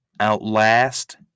outlast